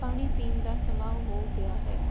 ਪਾਣੀ ਪੀਣ ਦਾ ਸਮਾਂ ਉਹ ਹੋ ਗਿਆ ਹੈ